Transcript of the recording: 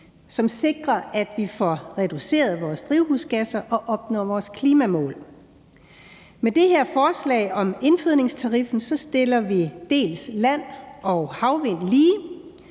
som sikrer, at vi får reduceret vores drivhusgasser og opnår vores klimamål. Med det her forslag om indfødningstariffen stiller vi land- og havvind lige,